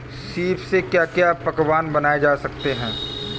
सीप से क्या क्या पकवान बनाए जा सकते हैं?